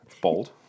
bold